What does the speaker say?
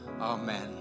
Amen